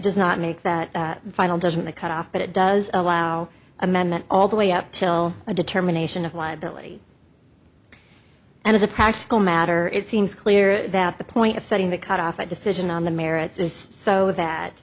does not make that final doesn't the cut off but it does allow amendment all the way up till a determination of liability and as a practical matter it seems clear that the point of setting the cutoff at decision on the merits is so that